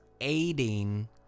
aiding